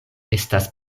estas